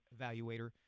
evaluator